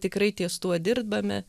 tikrai ties tuo dirbame